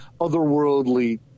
otherworldly